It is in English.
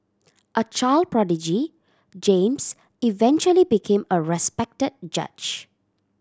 a child prodigy James eventually became a respected judge